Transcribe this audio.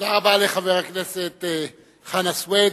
תודה רבה לחבר הכנסת חנא סוייד.